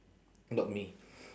not me